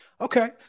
Okay